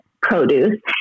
produce